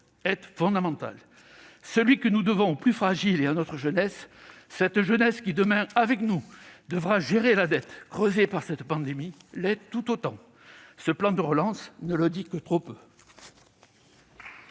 est fondamental. Celui que nous devons aux plus fragiles et à notre jeunesse, cette jeunesse qui demain, avec nous, devra gérer la dette creusée par cette pandémie, l'est tout autant. Ce plan de relance ne le dit que trop peu.